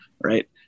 right